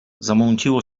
zamąciło